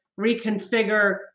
reconfigure